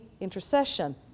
intercession